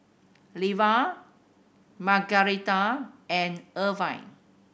Leva Margaretha and Erwin